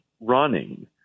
running